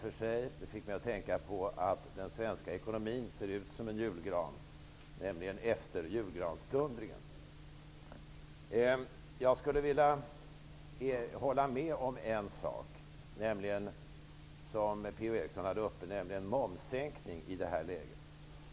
Det fick mig att tänka på att den svenska ekonomin ser ut som en julgran -- Jag håller med om en sak som Per-Ola Eriksson tog upp vad gäller en momssänkning i detta ekonomiska läge.